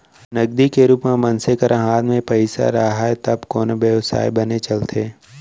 नगदी के रुप म मनसे करा हात म पइसा राहय तब कोनो बेवसाय बने चलथे